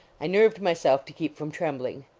i nerved myself to keep from trembling.